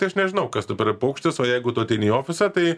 tai aš nežinau kas tu per paukštis o jeigu tu ateini į ofisą tai